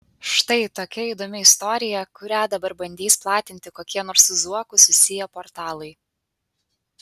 štai tokia įdomi istorija kurią dabar bandys platinti kokie nors su zuoku susiję portalai